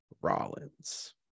Rollins